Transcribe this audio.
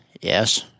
Yes